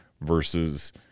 versus –